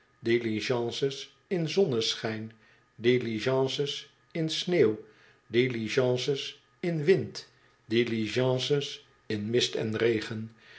diligences in zonneschijn diligences in sneeuw diligences in wind diligences in mist en regen